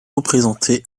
représenté